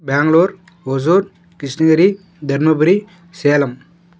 Bengaluru Hosur Krishnagiri Dharmapuri Salem